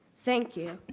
thank you.